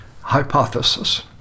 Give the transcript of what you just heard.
Hypothesis